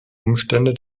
umstände